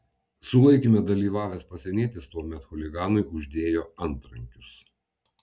sulaikyme dalyvavęs pasienietis tuomet chuliganui uždėjo antrankius